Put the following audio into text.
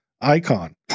icon